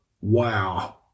Wow